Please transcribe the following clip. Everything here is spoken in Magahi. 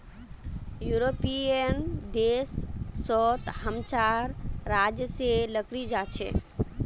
यूरोपियन देश सोत हम चार राज्य से लकड़ी जा छे